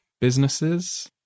businesses